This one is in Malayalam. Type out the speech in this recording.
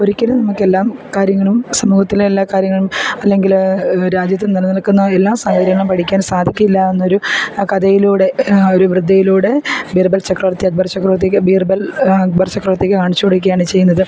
ഒരിക്കലും നമുക്ക് എല്ലാം കാര്യങ്ങളും സമൂഹത്തിലെ എല്ലാ കാര്യങ്ങളും അല്ലെങ്കിൽ രാജ്യത്ത് നിലനിൽക്കുന്ന എല്ലാ സൗഹചര്യങ്ങളും പഠിക്കാൻ സാധിക്കില്ലാ എന്നൊരു ആ കഥയിലൂടെ ആ ഒരു വൃദ്ധയിലൂടെ ബീര്ബല് ചക്രവർത്തി അക്ബർ ചക്രവർത്തിക്ക് ബീര്ബല് അക്ബര് ചക്രവര്ത്തിക്ക് കാണിച്ചു കൊടുക്കുകയാണ് ചെയ്യുന്നത്